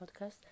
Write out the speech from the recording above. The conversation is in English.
podcast